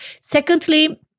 Secondly